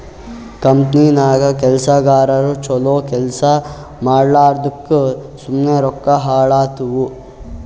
ಕಂಪನಿನಾಗ್ ಕೆಲ್ಸಗಾರು ಛಲೋ ಕೆಲ್ಸಾ ಮಾಡ್ಲಾರ್ದುಕ್ ಸುಮ್ಮೆ ರೊಕ್ಕಾ ಹಾಳಾತ್ತುವ್